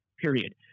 period